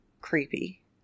creepy